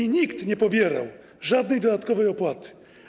I nikt nie pobierał żadnej dodatkowej opłaty.